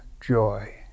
joy